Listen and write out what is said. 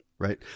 right